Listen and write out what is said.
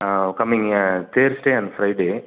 coming Thursday and Friday